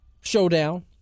showdown